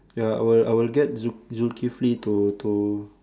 ya I will I will get Zukifli to to